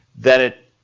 then it,